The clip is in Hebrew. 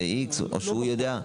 לא בחוק.